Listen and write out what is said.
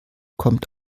kommt